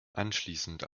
anschließend